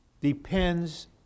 depends